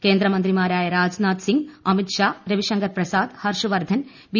കേന്ദ്രമന്ത്രിമാരായ Rajnath Singh Amit Shah Ravishankar Prasad Harsh Vardhan B